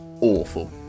awful